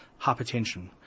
hypertension